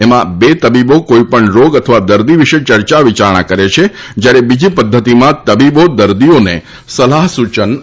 એકમાં બે તબીબો કોઈપણ રોગ અથવા દર્દી અંગે ચર્ચા વિચારણા કરે છે જ્યારે બીજી પધ્ધતિમાં તબીબો દર્દીઓને સલાહ સૂચન આપે છે